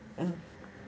mm